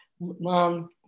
Mom